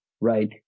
Right